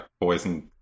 poison